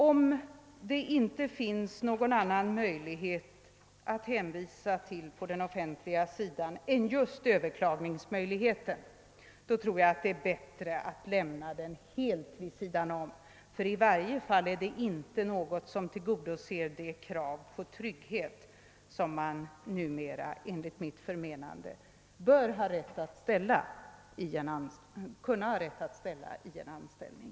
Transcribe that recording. Om det inte finns något annat att hänvisa till på den offentliga sidan än just överklagningsmöjligheten, så tror jag det är bättre att lämna den helt vid sidan om. Det är i varje fall inte något som tillgodoser det krav på trygghet som man numera enligt mitt förmenande bör kunna ha rätt att ställa i en anställning.